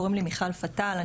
קוראים לי מיכל פאטאל,